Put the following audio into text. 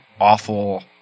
awful